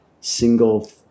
single